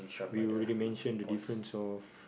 we already mention the difference of